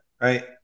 Right